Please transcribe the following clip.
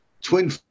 twin